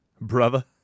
Brother